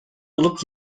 olup